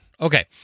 Okay